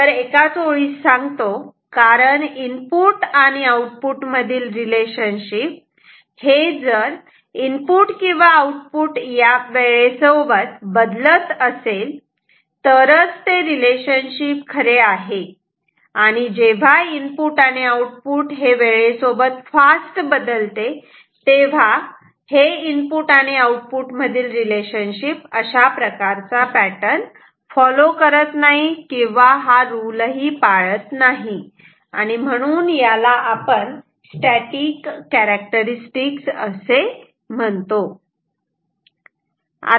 एकाच ओळीत सांगतो कारण इनपुट आणि आऊटपुट मधील रिलेशनशिप हे जर इनपुट किंवा आऊटपुट वेळेसोबत बदलत नसेल तरच हे रिलेशनशिप खरे आहे आणि जेव्हा इनपुट आणि आऊटपुट हे वेळेसोबत फास्ट बदलते तेव्हा हे इनपुट आणि आऊटपुट मधील रिलेशनशिप अशा प्रकारचा पॅटर्न फॉलो करत नाही किंवा हा रुल ही पाळत नाही आणि म्हणून याला आपण स्टॅटिक कॅरेक्टरिस्टिक असे म्हणतो